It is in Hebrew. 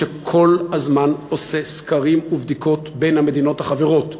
שכל הזמן עושה סקרים ובדיקות במדינות החברות.